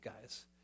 guys